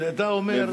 הרי אתה אומר,